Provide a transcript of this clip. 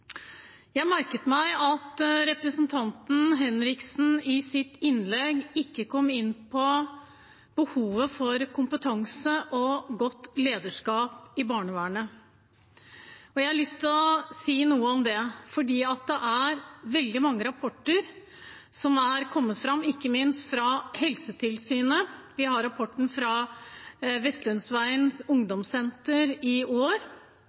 Jeg merket meg at representanten Henriksen i sitt innlegg ikke kom inn på behovet for kompetanse og godt lederskap i barnevernet, og jeg har lyst til å si noe om det. Det er veldig mange rapporter som er kommet fram, ikke minst fra Helsetilsynet – vi har rapporten om Vestlundveien ungdomssenter fra i år,